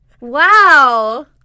wow